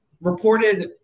reported